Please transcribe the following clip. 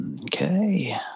Okay